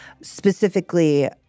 Specifically